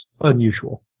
unusual